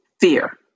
Fear